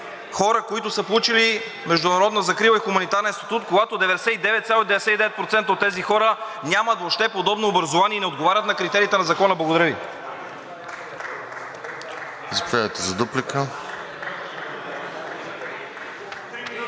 хора, които са получили международна закрила и хуманитарен статут, когато 99,99% от тези хора нямат въобще подобно образование и не отговарят на критериите на закона. Благодаря Ви.